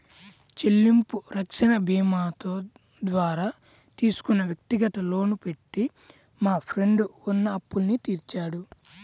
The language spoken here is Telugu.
చెల్లింపు రక్షణ భీమాతో ద్వారా తీసుకున్న వ్యక్తిగత లోను పెట్టి మా ఫ్రెండు ఉన్న అప్పులన్నీ తీర్చాడు